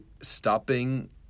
stopping